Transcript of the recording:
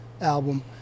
album